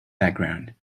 background